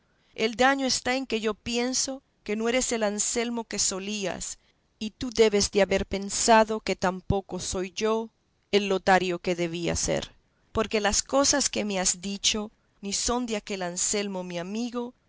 el daño está en que yo pienso que no eres el anselmo que solías y tú debes de haber pensado que tampoco yo soy el lotario que debía ser porque las cosas que me has dicho ni son de aquel anselmo mi amigo